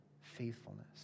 faithfulness